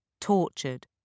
tortured